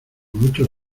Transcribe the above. muchos